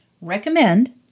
recommend